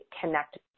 connect